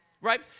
right